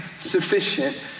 Sufficient